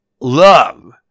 love